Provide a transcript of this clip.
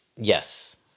Yes